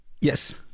Yes